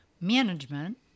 management